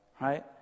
Right